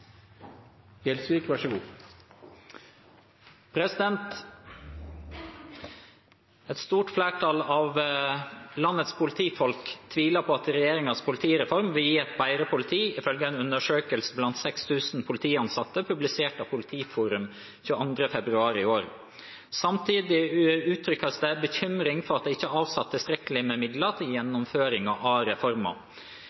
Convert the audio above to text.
stort flertall av landets politifolk tviler på at regjeringens politireform vil gi et bedre politi, ifølge en undersøkelse blant 6 000 politiansatte publisert av Politiforum 22. februar i år. Samtidig uttrykkes det bekymring for at det ikke er avsatt tilstrekkelig med midler til